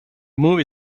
movie